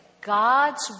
God's